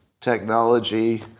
technology